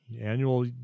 annual